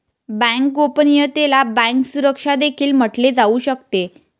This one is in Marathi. बँक गोपनीयतेला बँक सुरक्षा देखील म्हटले जाऊ शकते